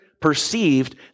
perceived